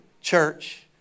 church